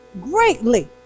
Greatly